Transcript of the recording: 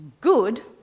good